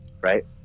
Right